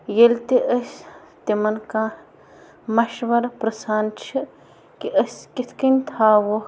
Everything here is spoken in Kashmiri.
ییٚلہِ تہِ أسۍ تِمَن کانٛہہ مَشوَرٕ پِرٛژھان چھِ کہِ أسۍ کِتھ کَنۍ تھاووکھ